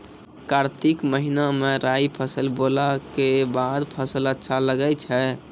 कार्तिक महीना मे राई फसल बोलऽ के बाद फसल अच्छा लगे छै